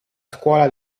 scuola